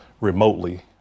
remotely